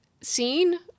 scene